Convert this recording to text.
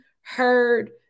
heard